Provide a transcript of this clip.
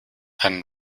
einen